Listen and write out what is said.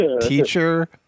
teacher